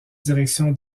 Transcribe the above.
direction